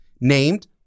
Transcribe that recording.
named